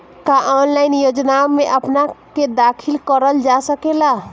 का ऑनलाइन योजनाओ में अपना के दाखिल करल जा सकेला?